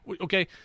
Okay